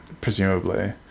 presumably